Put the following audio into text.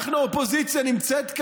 אנחנו האופוזיציה נמצאים כאן,